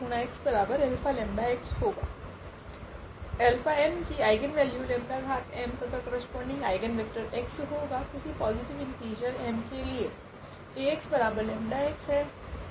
𝐴𝑥𝜆𝑥 ⇒𝛼𝐴𝑥𝛼𝜆𝑥 Am की eigenvalue 𝜆m तथा corresponding eigenvector x होगी किसी पॉज़िटिव इंटीजर m के लिए